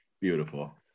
Beautiful